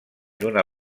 d’una